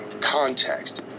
context